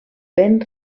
ben